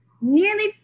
nearly